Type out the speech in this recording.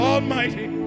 Almighty